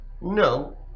no